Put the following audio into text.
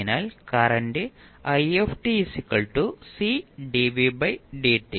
അതിനാൽ current i C